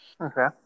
Okay